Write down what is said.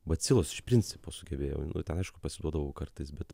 bacilos iš principo sugebėjau nu ten aišku pasiduodavau kartais bet